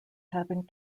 having